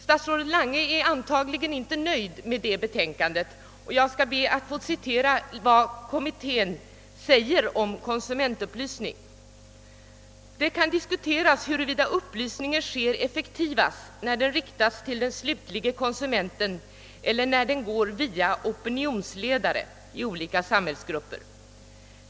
Statsrådet Lange är antagligen inte nöjd med det betänkandet, och jag ber att få citera vad kommittén säger om konsumentupplysning: »Det kan diskuteras huruvida upplysningen sker effektivast, när den riktas till den slutlige konsumenten eller när den går via opinionsledare i olika samhällsgrupper.